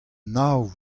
nav